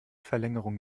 verlängerung